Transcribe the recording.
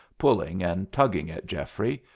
pulling and tugging at geoffrey,